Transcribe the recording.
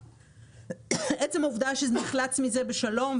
עצם העובדה שהוא נחלץ מזה בשלום,